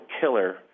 killer